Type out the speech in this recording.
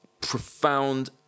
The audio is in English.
profound